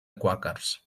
quàquers